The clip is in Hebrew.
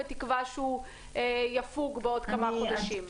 בתקווה שהוא יפוג בעוד כמה חודשים.